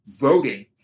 voting